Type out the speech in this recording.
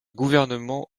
gouvernement